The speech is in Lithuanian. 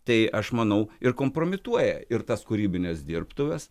tai aš manau ir kompromituoja ir tas kūrybines dirbtuves